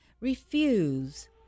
Refuse